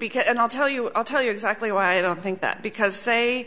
because and i'll tell you i'll tell you exactly why i don't think that because say